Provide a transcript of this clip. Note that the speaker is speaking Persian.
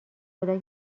خدا